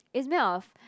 it's made of